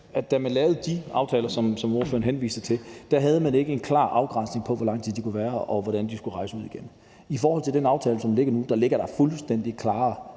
at da man lavede de aftaler, som hr. Morten Messerschmidt henviser til, havde man ikke en klar grænse for, hvor lang tid de kunne være her, og hvornår de skulle rejse ud igen. I forhold til den aftale, der ligger nu, er der fuldstændig klare